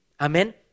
Amen